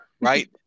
Right